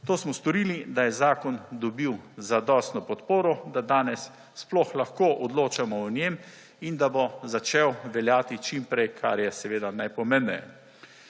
To smo storili, da je zakon dobil zadostno podporo, da danes sploh lahko odločamo o njem in da bo začel veljati čim prej, kar je seveda najpomembneje.